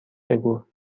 بگو